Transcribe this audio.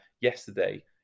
yesterday